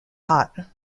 hot